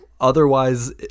Otherwise